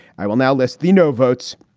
i will now list the no votes,